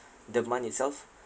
the month itself